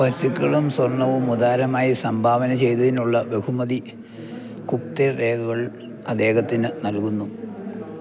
പശുക്കളും സ്വർണ്ണവും ഉദാരമായി സംഭാവന ചെയ്തതിനുള്ള ബഹുമതി ഗുപ്തരേഖകൾ അദ്ദേഹത്തിന് നൽകുന്നു